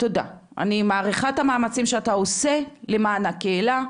אני מעריכה את המאמצים שאתה עושה למען הקהילה,